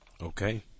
Okay